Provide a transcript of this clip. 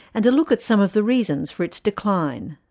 and a look at some of the reasons for its decline.